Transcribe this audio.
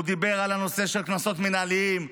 הוא דיבר על הנושא של קנסות מינהליים.